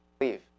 leave